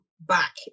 back